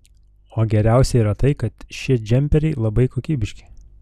o geriausia yra tai kad šie džemperiai labai kokybiški